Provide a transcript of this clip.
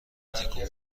تکون